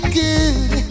good